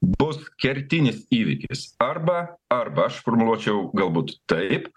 bus kertinis įvykis arba arba aš formuluočiau galbūt taip